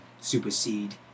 supersede